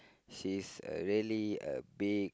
she's really a big